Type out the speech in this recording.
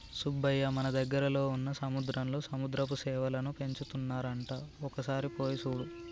సుబ్బయ్య మన దగ్గరలో వున్న సముద్రంలో సముద్రపు సేపలను పెంచుతున్నారంట ఒక సారి పోయి సూడు